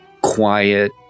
quiet